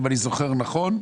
אם אני זוכר נכון,